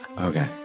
Okay